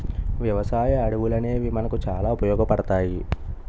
వ్యవసాయ అడవులనేవి మనకు చాలా ఉపయోగపడతాయి